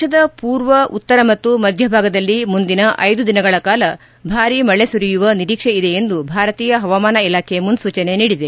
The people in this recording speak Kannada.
ದೇಶದ ಪೂರ್ವ ಉತ್ತರ ಮತ್ತು ಮಧ್ಯ ಭಾಗದಲ್ಲಿ ಮುಂದಿನ ಐದು ದಿನಗಳ ಕಾಲ ಬಾರಿ ಮಳೆ ಸುರಿಯುವ ನಿರೀಕ್ಷೆ ಇದೆ ಎಂದು ಭಾರತೀಯ ಹವಾಮಾನ ಇಲಾಖೆ ಮುನ್ಪೂಚನೆ ನೀಡಿದೆ